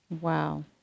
wow